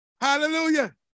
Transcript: Hallelujah